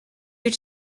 your